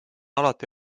alati